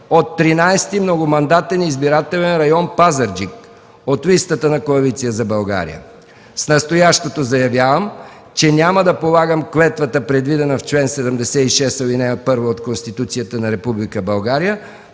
от 13. многомандатен избирателен район, Пазарджик, от листата на Коалиция за България. С настоящото заявявам, че няма да полагам клетвата, предвидена в чл. 76, ал. 1 от Конституцията на Република